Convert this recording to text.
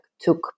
took